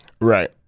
Right